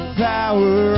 power